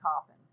coffin